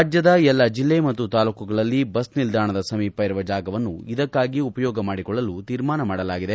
ರಾಜ್ಯದ ಎಲ್ಲಾ ಜಿಲ್ಲೆ ಮತ್ತು ತಾಲೂಕುಗಳಲ್ಲಿ ಬಸ್ ನಿಲ್ನಾಣದ ಸಮೀಪ ಇರುವ ಜಾಗವನ್ನು ಇದಕ್ಕಾಗಿ ಉಪಯೋಗ ಮಾಡಿಕೊಳ್ಳಲು ತೀರ್ಮಾನ ಮಾಡಲಾಗಿದೆ